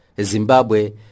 Zimbabwe